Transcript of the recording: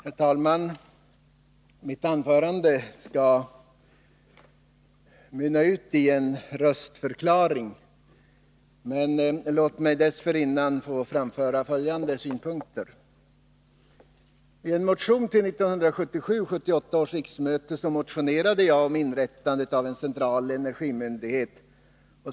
Herr talman! Mitt anförande skall mynna ut i en röstförklaring, men låt mig dessförinnan få framföra följande synpunkter. I en motion till 1977/78 års riksmöte motionerade jag om inrättande av en central energimyndighet.